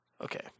Okay